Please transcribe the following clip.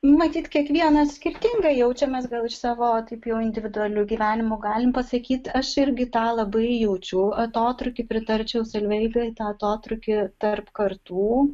matyt kiekvienas skirtingai jaučiamės gal iš savo taip jau individualiu gyvenimu galim pasakyt aš irgi tą labai jaučiu atotrūkį pritarčiau solveigai tą atotrūkį tarp kartų